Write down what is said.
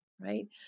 right